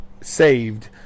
saved